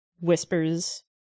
whispers